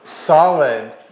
solid